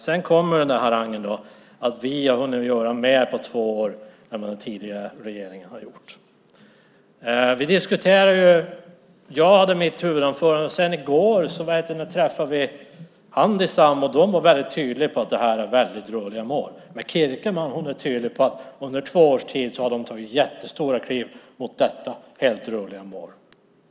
Sedan kommer harangen att ni har hunnit göra mer på två år än vad den tidigare regeringen gjorde. I går träffade vi representanter för Handisam som var väldigt tydliga med att det är väldigt rörliga mål. Men Kierkemann är tydlig: Under två års tid har man tagit jättestora kliv mot detta rörliga mål.